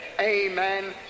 Amen